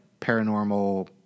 paranormal